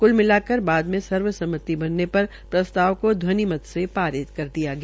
कुल मिलाकर बाद में सर्वसम्मति बनने पर प्रसताव को ध्वनिमत पारित कर दिया गया